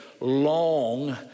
long